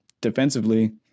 defensively